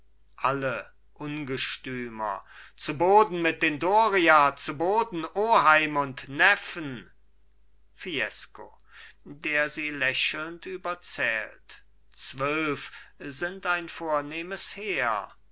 alle ungestümer zu boden mit den doria zu boden oheim und neffen fiesco der sie lächelnd überzählt zwölf sind ein vornehmes heer